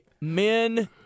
men